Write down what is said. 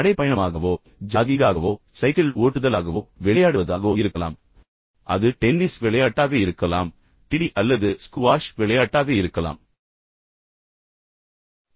அது நடைப்பயணமாக இருக்கலாம் ஜாகிங் ஆக இருக்கலாம் அதிகமாக சைக்கிள் ஓட்டுதலாக இருக்கலாம் சில விளையாட்டுகளை விளையாடுவதாக இருக்கலாம் அது டென்னிஸ் விளையாட்டாக இருக்கலாம் டிடி அல்லது ஸ்குவாஷ் விளையாட்டாக இருக்கலாம் அல்லது நீங்கள் விரும்பும் எதுவாகவும் இருக்கலாம்